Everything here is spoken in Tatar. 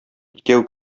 икәү